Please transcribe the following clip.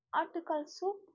ஆட்டுக்கால் சூப்